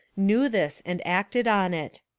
knew this and acted on it.